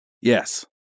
Yes